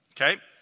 Okay